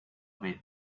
with